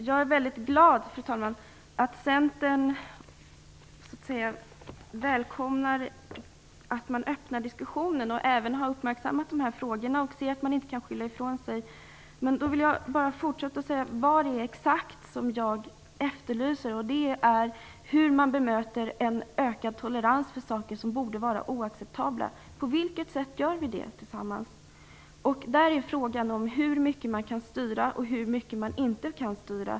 Fru talman! Jag är glad över att Centern välkomnar en öppen diskussion och även har uppmärksammat frågorna. Centern säger att man inte får skylla ifrån sig. Jag vill fortsätta med att säga vad det är exakt jag efterlyser. Hur skall man bemöta en ökad tolerans för saker som borde vara oacceptabla? På vilket sätt skall vi göra det tillsammans? Där är frågan vidare hur mycket man kan styra och hur mycket man inte kan styra.